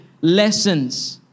lessons